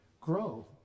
grow